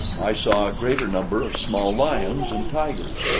i saw a greater number of small lions and tigers,